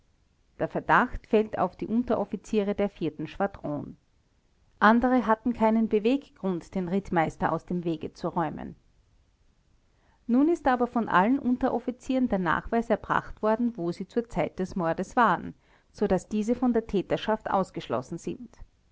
der verdacht fällt auf die unteroffiziere der schwadron andere hatten keinen beweggrund den rittmeister aus dem wege zu räumen nun ist aber von allen unteroffizieren der nachweis erbracht worden wo sie zur zeit des mordes waren so daß diese von der täterschaft ausgeschlossen sind